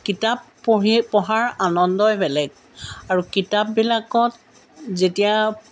কিতাপ পঢ়ি পঢ়াৰ আনন্দই বেলেগ আৰু কিতাপবিলাকত যেতিয়া